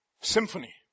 Symphony